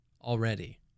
already